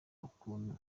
ukuntu